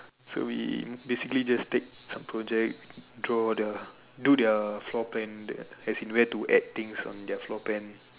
so we basically just take some projects draw their do their floor plan as in where to add things on their floor plan